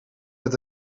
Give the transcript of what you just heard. met